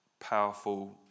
powerful